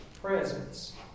presence